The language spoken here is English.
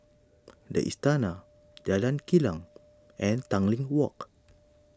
the Istana Jalan Kilang and Tanglin Walk